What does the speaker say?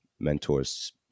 mentors